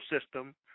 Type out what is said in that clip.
system